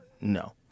No